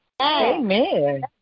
Amen